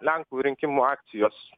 lenkų rinkimų akcijos